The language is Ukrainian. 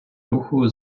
руху